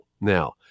now